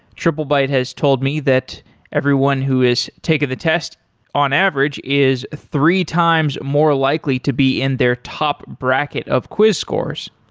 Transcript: triplebyte has told me that everyone who has taken the test on average is three times more likely to be in their top bracket of quiz course.